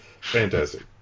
Fantastic